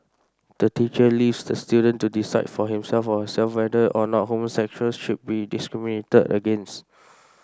the teacher leaves the student to decide for himself or herself whether or not homosexuals should be discriminated against